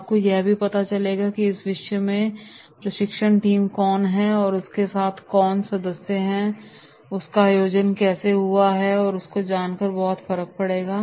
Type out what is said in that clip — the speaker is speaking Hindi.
आपको यह भी पता चलेगा कि इस विषय में प्रशिक्षण टीम कौन है आपके साथ कौन सदस्य हैं और इस का आयोजन कैसे हुआ है इसको जानकर भी बहुत फर्क पड़ेगा